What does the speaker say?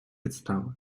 підстави